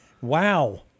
Wow